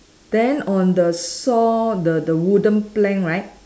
then on the saw the the wooden plank right